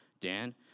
Dan